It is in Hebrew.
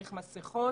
מסכות,